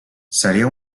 seria